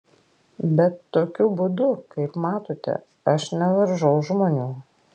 bet tokiu būdu kaip matote aš nevaržau žmonių